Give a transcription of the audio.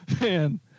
Man